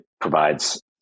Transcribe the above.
provides